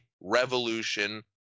revolution